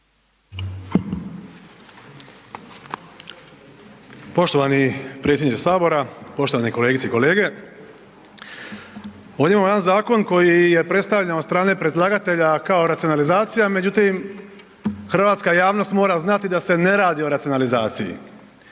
Poštovani predsjedniče sabora, poštovane kolegice i kolege, ovdje imamo jedan zakon koji je predstavljen od strane predlagatelja kao racionalizacija međutim, hrvatska javnost mora znati da se ne radi o racionalizaciji.